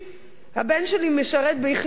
הבן שלי משרת ביחידה מובחרת,